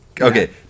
Okay